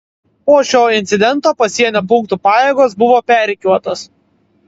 po šio incidento pasienio punktų pajėgos buvo perrikiuotos